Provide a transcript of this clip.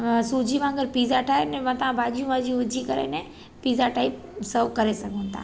सूजी वांगुरु पीज़ा ठाहे ने मथां भाॼियूं वाॼियूं विझी करे ने पीज़ा टाइप सव करे सघूं था